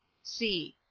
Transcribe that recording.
c.